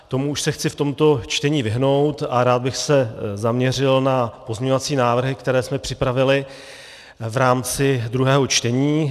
Tomu už se chci v tomto čtení vyhnout a rád bych se zaměřil na pozměňovací návrhy, které jsme připravili v rámci druhého čtení.